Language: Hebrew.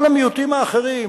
כל המיעוטים האחרים,